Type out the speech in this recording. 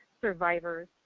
survivors